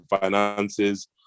finances